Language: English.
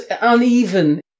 uneven